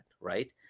right